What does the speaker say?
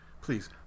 please